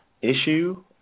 issue